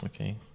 okay